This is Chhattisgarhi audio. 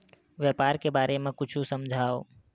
व्यापार के बारे म कुछु समझाव?